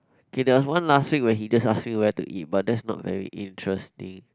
K there was one last week where he just ask me where to eat but that's not very interesting